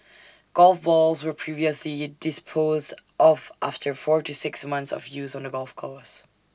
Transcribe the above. golf balls were previously disposed of after four to six months of use on the golf course